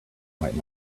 might